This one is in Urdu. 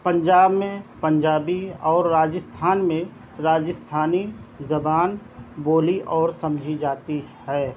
پنجاب میں پنجابی اور راجستھان میں راجستھانی زبان بولی اور سمجھی جاتی ہے